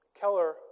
Keller